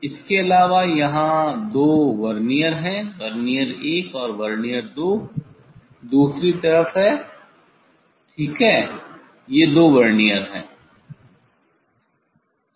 इसके अलावा यहाँ दो वर्नियर हैं वर्नियर 1 और वर्नियर 2 दूसरी तरफ है ठीक है ये दो वर्नियर हैं